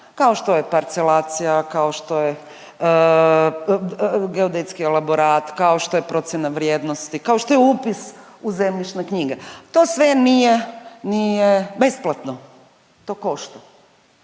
kao što je parcelacija, kao što je geodetski elaborat, kao što je procjena vrijednosti, kao što je upis u zemljišne knjige. To sve nije besplatno. To košta.